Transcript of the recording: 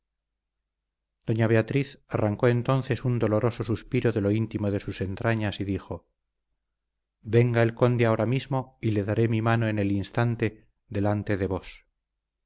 doña beatriz arrancó entonces un doloroso suspiro de lo íntimo de sus entrañas y dijo venga el conde ahora mismo y le daré mi mano en el instante delante de vos